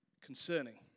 concerning